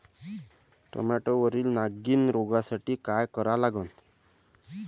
टमाट्यावरील नागीण रोगसाठी काय करा लागन?